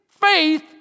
faith